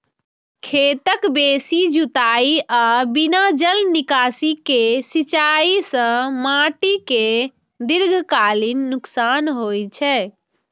खेतक बेसी जुताइ आ बिना जल निकासी के सिंचाइ सं माटि कें दीर्घकालीन नुकसान होइ छै